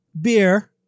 beer